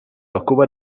occupa